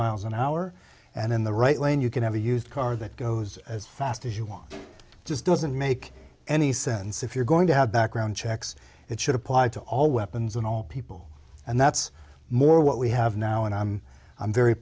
miles an hour and in the right lane you can have a used car that goes as fast as you want just doesn't make any sense if you're going to have background checks it should apply to all weapons and all people and that's more what we have now and i'm